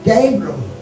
Gabriel